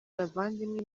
bavandimwe